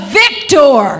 victor